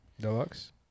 Deluxe